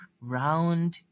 round